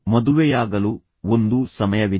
ಮದುವೆಯಾಗಲು ಒಂದು ಸಮಯವಿದೆ